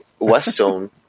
Westone